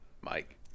Mike